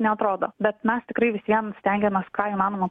neatrodo bet mes tikrai vis vien stengiamės ką įmanoma